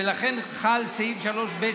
ולכן חל סעיף 3ב,